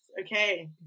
okay